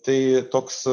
tai toks